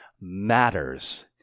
matters